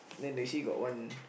then Daisy got one